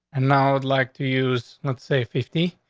and now i would like to use not say, fifty.